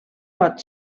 pot